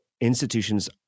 institutions